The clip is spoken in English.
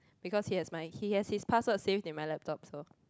because he has my he has his password saved in my laptop so